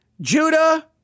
Judah